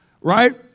right